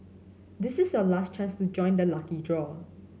this is your last chance to join the lucky draw